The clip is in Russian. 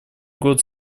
год